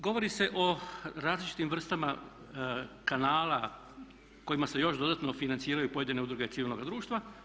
Govori se o različitim vrstama kanala kojima se još dodatno financiraju pojedine udruge civilnoga društva.